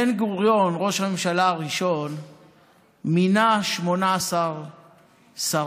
בן-גוריון, ראש הממשלה הראשון, מינה 18 שרים.